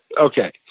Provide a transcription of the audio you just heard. Okay